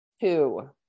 two